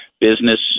business